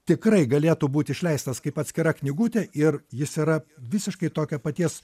tikrai galėtų būt išleistas kaip atskira knygutė ir jis yra visiškai tokio paties